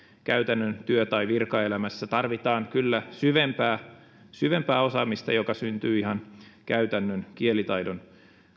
käytännön työ ja virkaelämässä tarvitaan kyllä syvempää syvempää osaamista joka syntyy ihan käytännön kielitaidon